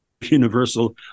Universal